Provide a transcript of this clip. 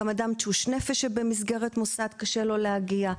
גם לאדם תשוש נפש שנמצא במסגרת מוסד קשה להגיע,